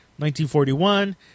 1941